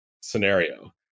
scenario